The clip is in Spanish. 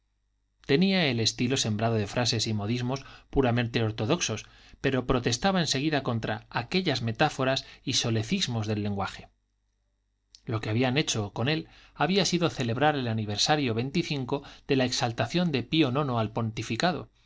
tenía el estilo sembrado de frases y modismos puramente ortodoxos pero protestaba en seguida contra aquellas metáforas y solecismos del lenguaje lo que habían hecho con él había sido celebrar el aniversario de la exaltación de pío nono al pontificado